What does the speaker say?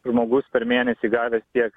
žmogus per mėnesį gavęs tiek